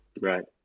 Right